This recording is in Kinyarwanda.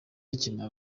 ikeneye